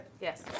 Yes